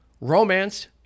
romance